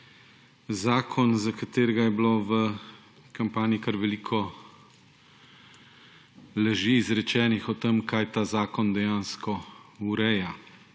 zakon, za katerega je bilo v kampanji veliko laži izrečenih o tem, kaj ta zakon dejansko ureja.